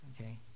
okay